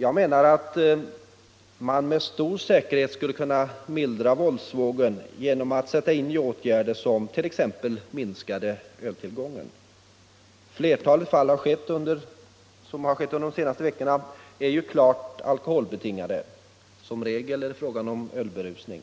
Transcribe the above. Jag menar att man med stor säkerhet skulle kunna mildra våldsvågen genom att sätta in sådana åtgärder som att minska öltillgången. Flertalet fall av våldsbrott under de senaste veckorna är klart alkoholbetingade; som regel har det rört sig om ölberusning.